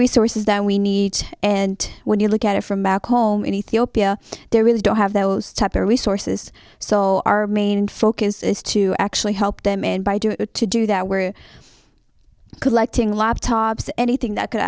resources that we need and when you look at it from back home in ethiopia they really don't have those type of resources so our main focus is to actually help them and by doing to do that we're collecting laptops anything that could